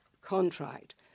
contract